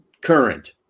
Current